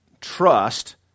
Trust